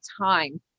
time